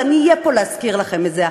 ואני אהיה פה להזכיר לכם את זה.